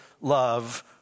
love